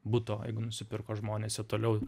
buto jeigu nusipirko žmonės ir toliau